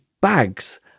bags